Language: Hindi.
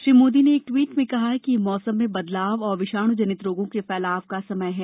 श्री मोदी ने एक ट्वीट में कहा कि यह मौसम में बदलाव और विषाणु जनित रोगों के फैलाव का समय है